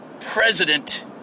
president